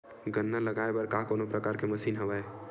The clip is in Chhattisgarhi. गन्ना लगाये बर का कोनो प्रकार के मशीन हवय?